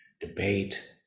debate